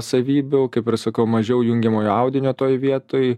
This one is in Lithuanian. savybių kaip ir sakau mažiau jungiamojo audinio toj vietoj